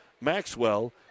Maxwell